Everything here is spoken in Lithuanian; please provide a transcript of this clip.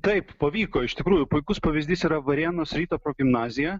taip pavyko iš tikrųjų puikus pavyzdys yra varėnos ryto progimnazija